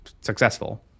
successful